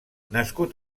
nascut